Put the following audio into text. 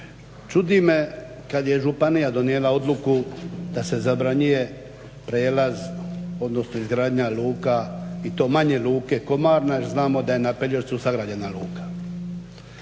Čudi me kad je županija donijela odluku da se zabranjuje prijelaz odnosno izgradnja luka i to manje Luke Komarna jer znamo da je na Pelješcu sagrađena luka.